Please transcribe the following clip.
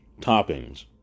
toppings